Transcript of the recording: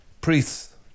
Priests